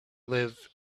live